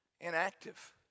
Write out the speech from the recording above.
inactive